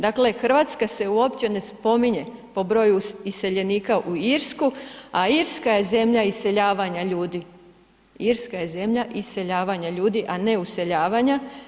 Dakle Hrvatska se uopće ne spominje po broju iseljenika u Irsku, a Irska je zemlja iseljavanja, Irska je zemlja iseljavanja ljudi, a ne useljavanja.